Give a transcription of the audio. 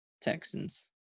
Texans